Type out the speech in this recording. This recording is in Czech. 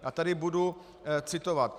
A tady budu citovat.